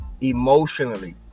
emotionally